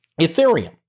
Ethereum